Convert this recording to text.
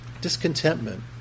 Discontentment